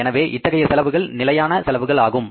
எனவே இத்தகைய செலவுகள் நிலையான செலவுகள் ஆகும்